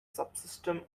subsystem